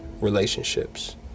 relationships